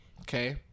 Okay